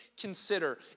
consider